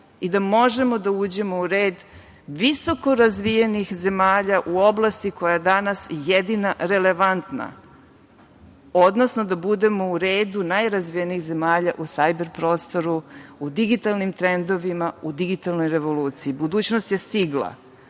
i da možemo da uđemo u red visokorazvijenih zemalja u oblasti koja je danas jedina relevantna, odnosno da budemo u redu najrazvijenijih zemalja u sajber prostoru, u digitalnim trendovima, u digitalnoj revoluciji. Budućnost je stigla,